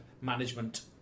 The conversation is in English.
management